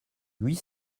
huit